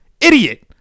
idiot